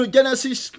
Genesis